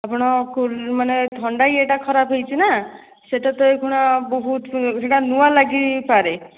ଆପଣ କୁଲ୍ ମାନେ ଥଣ୍ଡା ଇଏଟା ଖରାପ ହୋଇଛି ନା ସେଇଟା ତ ଏଇକ୍ଷିଣା ବହୁତ ସେଇଟା ନୂଆ ଲାଗିପାରେ